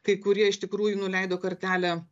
kai kurie iš tikrųjų nuleido kartelę